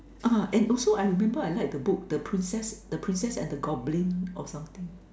ah and also I remember I like the book the princess The Princess and The Goblin or something